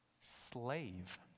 slave